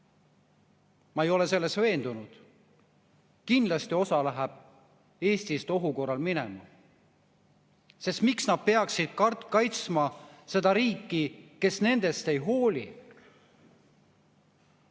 Ma ei ole selles veendunud. Kindlasti läheb neist osa Eestist ohu korral minema, sest miks nad peaksid kaitsma seda riiki, kes nendest ei hooli.